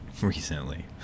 Recently